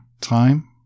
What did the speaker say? time